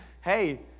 hey